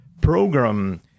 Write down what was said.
program